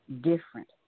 different